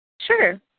Sure